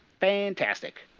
fantastic